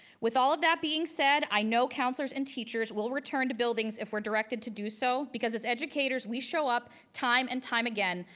with all of that being said, i know counselors and teachers will return to buildings if we're directed to do so. because as educators, we show up time and time again,